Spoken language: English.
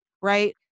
right